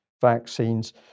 vaccines